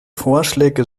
vorschläge